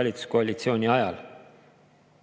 valitsuskoalitsiooni ajal.